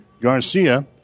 Garcia